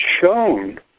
shown